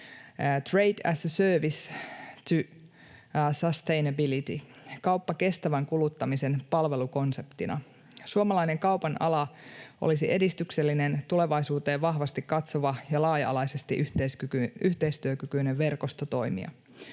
trade as a service to sustainability, ’kauppa kestävän kuluttamisen palvelukonseptina’. Suomalainen kaupan ala olisi edistyksellinen, tulevaisuuteen vahvasti katsova ja laaja-alaisesti yhteistyökykyinen verkosto toimia.